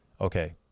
okay